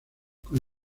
con